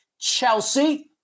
Chelsea